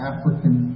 African